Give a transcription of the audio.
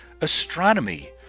astronomy